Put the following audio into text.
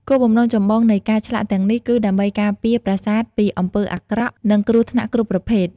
គោលបំណងចម្បងនៃការឆ្លាក់ទាំងនេះ គឺដើម្បីការពារប្រាសាទពីអំពើអាក្រក់ និងគ្រោះថ្នាក់គ្រប់ប្រភេទ។